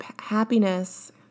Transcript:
happiness